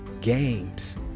games